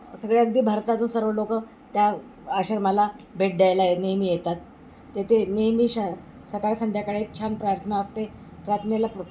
सगळे अगदी भारतातून सर्व लोकं त्या आश्रमाला भेट द्यायला नेहमी येतात तेथे नेहमी श सकाळ संध्याकाळी छान प्रार्थना असते प्रार्थनेला